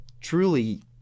truly